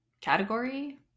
category